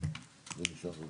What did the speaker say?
שביצענו